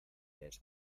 les